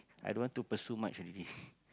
i don't want to pursue much already